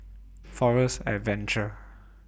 Forest Adventure